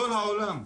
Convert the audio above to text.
כל העולם,